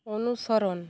অনুসরণ